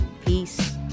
Peace